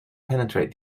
penetrate